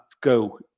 go